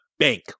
Bank